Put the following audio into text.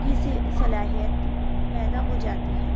کی سی صلاحیت پیدا ہو جاتی ہے